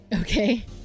Okay